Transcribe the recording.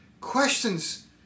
Questions